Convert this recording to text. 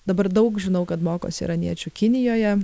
dabar daug žinau kad mokosi iraniečių kinijoje